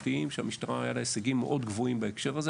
על אף שלמשטרה היו הישגים מאוד גבוהים בעניין הזה.